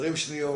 20 שניות?